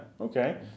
Okay